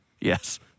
Yes